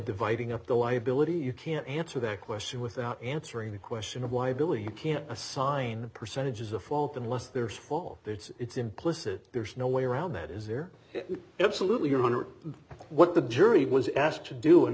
dividing up the liability you can't answer that question without answering the question of why billy you can't assign percentages of fault unless there's fall it's implicit there's no way around that is there absolutely one hundred what the jury was asked to do and